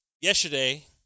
yesterday